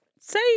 say